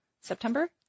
September